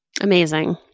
Amazing